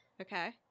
okay